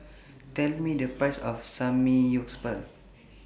Tell Me The Price of Samgyeopsal